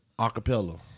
acapella